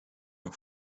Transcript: nog